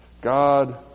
God